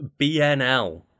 BNL